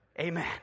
Amen